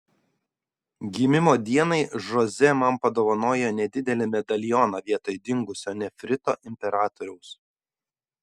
gimimo dienai žoze man padovanojo nedidelį medalioną vietoj dingusio nefrito imperatoriaus